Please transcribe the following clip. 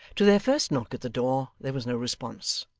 to their first knock at the door there was no response.